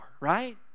right